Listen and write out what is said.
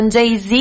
Jay-Z